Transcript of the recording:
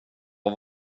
har